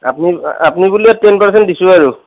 আপ্নি আপুনি বুলিয়ে টেন পাৰচেণ্ট দিছোঁ আৰু